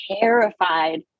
terrified